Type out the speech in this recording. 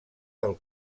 del